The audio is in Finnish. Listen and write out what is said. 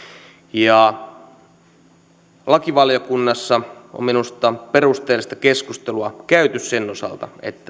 lakivaliokunnassa on minusta perusteellista keskustelua käyty sen osalta